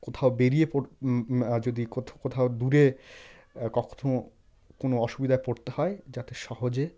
কোথাও বেরিয়ে যদি কোথাও দূরে কোনো অসুবিধায় পড়তে হয় যাতে সহজে